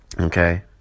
Okay